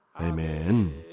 Amen